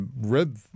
read